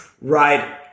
Right